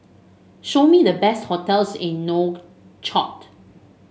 show me the best hotels in Nouakchott